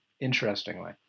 interestingly